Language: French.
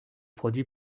produit